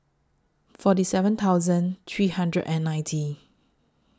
forty seven thousand three hundred and ninety